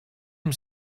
amb